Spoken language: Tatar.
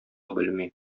белми